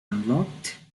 unlocked